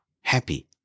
happy